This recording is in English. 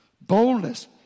Boldness